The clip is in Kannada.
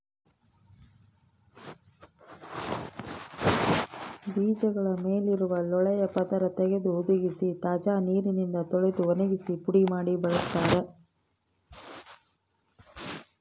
ಬೀಜಗಳ ಮೇಲಿರುವ ಲೋಳೆಯ ಪದರ ತೆಗೆದು ಹುದುಗಿಸಿ ತಾಜಾ ನೀರಿನಿಂದ ತೊಳೆದು ಒಣಗಿಸಿ ಪುಡಿ ಮಾಡಿ ಬಳಸ್ತಾರ